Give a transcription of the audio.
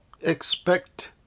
expect